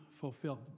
fulfilled